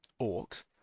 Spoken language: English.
orcs